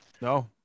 no